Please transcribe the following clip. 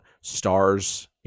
stars